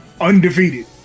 Undefeated